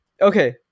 Okay